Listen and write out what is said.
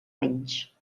anys